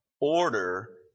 order